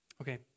Okay